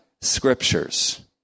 scriptures